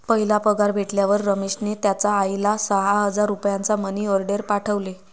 पहिला पगार भेटल्यावर रमेशने त्याचा आईला सहा हजार रुपयांचा मनी ओर्डेर पाठवले